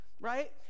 right